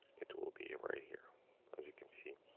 it will be right here as you can see.